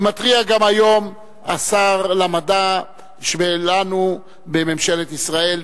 ומתריע גם היום השר למדע שלנו בממשלת ישראל,